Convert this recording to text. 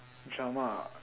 drama